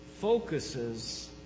focuses